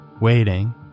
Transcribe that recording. waiting